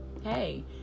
hey